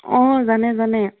অঁ জানে জানে